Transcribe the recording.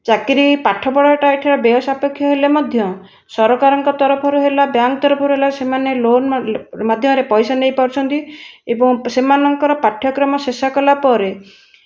ଚାକିରୀ ପାଠପଢ଼ାଟା ଏଠାରେ ବ୍ୟୟସାପେକ୍ଷ ହେଲେ ମଧ୍ୟ ସରକାରଙ୍କ ତରଫରୁ ହେଲା ବ୍ୟାଙ୍କ୍ ତରଫରୁ ହେଲା ସେମାନେ ଲୋନ୍ ମାଧ୍ୟମରେ ପଇସା ନେଇପାରୁଛନ୍ତି ଏବଂ ସେମାନଙ୍କ ପାଠ୍ୟକ୍ରମ ଶେଷ କଲାପରେ